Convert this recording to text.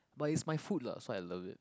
but is my food lah so I love it